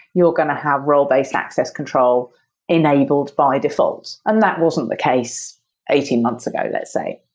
you're going to have role base access control enabled by default, and that wasn't the case eighteen months ago, let's say.